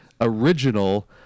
original